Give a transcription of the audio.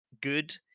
good